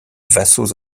vassaux